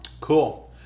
Cool